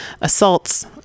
assaults